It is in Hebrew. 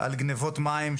על גנבות מים,